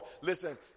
Listen